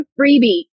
freebie